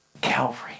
Calvary